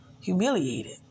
humiliated